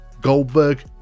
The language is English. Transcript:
Goldberg